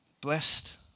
Blessed